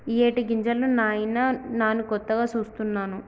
ఇయ్యేటి గింజలు నాయిన నాను కొత్తగా సూస్తున్నాను